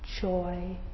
joy